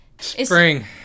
Spring